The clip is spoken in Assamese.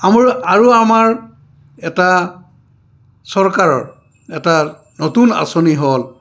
আমাৰ আৰু আমাৰ এটা চৰকাৰৰ এটা নতুন আঁচনি হ'ল